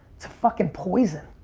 it's a fucking poison,